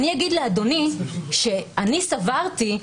אני אגיד לאדוני שאני סברתי,